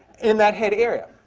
in that head area,